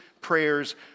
prayers